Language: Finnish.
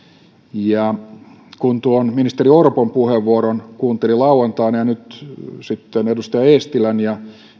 kun tuon ministeri orpon puheenvuoron kuunteli lauantaina ja nyt sitten edustaja eestilän ja